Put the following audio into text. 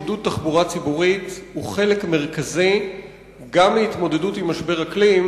עידוד תחבורה ציבורית הוא חלק מרכזי גם בהתמודדות עם משבר האקלים,